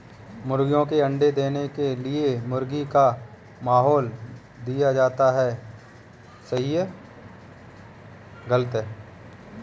मुर्गियों के अंडे देने के लिए गर्मी का माहौल दिया जाता है